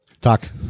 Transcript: Talk